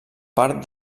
part